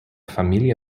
familie